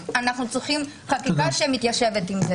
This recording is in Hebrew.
אנו צריכים חקיקה שמתיישבת עם זה.